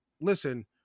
listen